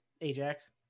Ajax